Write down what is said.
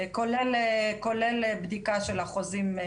כולל בדיקה של החוזים.